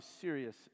serious